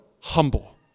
humble